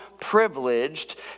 privileged